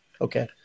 Okay